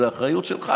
זה אחריות שלך,